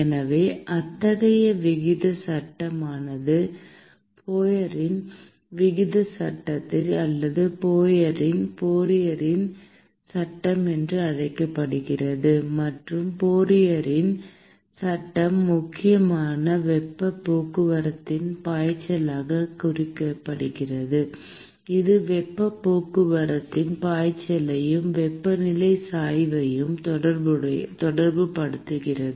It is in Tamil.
எனவே அத்தகைய விகிதச் சட்டமானது ஃபோரியரின் விகிதச் சட்டம் அல்லது ஃபோரியரின் சட்டம் என அழைக்கப்படுகிறது மற்றும் ஃபோரியரின் சட்டம் முக்கியமாக வெப்பப் போக்குவரத்தின் பாய்ச்சலைக் குறிக்கிறது இது வெப்பப் போக்குவரத்தின் பாய்ச்சலையும் வெப்பநிலை சாய்வையும் தொடர்புபடுத்துகிறது